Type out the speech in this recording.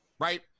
Right